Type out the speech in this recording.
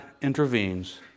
intervenes